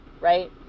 right